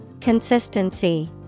Consistency